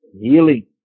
Healing